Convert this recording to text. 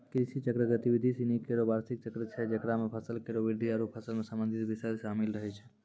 कृषि चक्र गतिविधि सिनी केरो बार्षिक चक्र छै जेकरा म फसल केरो वृद्धि आरु फसल सें संबंधित बिषय शामिल रहै छै